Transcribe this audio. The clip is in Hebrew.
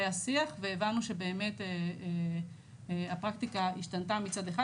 והיה שיח, והבנו שבאמת הפרקטיקה השתנתה מצד אחד.